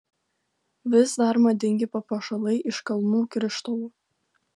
vis dar madingi papuošalai iš kalnų krištolų